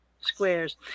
squares